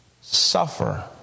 suffer